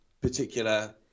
particular